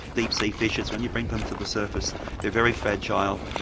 deep sea fishes when you bring them to the surface they are very fragile,